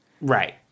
Right